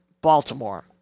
Baltimore